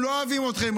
הם לא אוהבים אתכם,